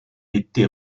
été